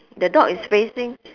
the dog is facing